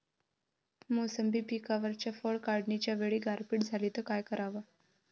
मोसंबी पिकावरच्या फळं काढनीच्या वेळी गारपीट झाली त काय कराव?